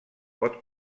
pot